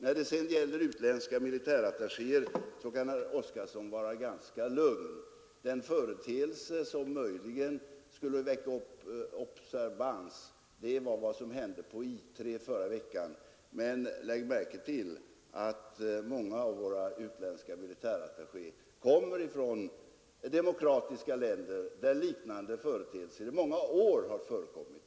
Vad sedan gäller de utländska militärattachéerna kan herr Oskarson vara ganska lugn. Den företeelse som möjligen skulle väcka observans är vad som hände på I 3 förra veckan, men lägg märke till att många av våra utländska militärattachéer kommer från demokratiska länder, där liknande företeelser har förekommit i många år.